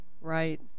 Right